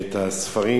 את הספרים